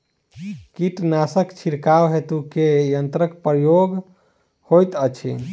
कीटनासक छिड़काव हेतु केँ यंत्रक प्रयोग होइत अछि?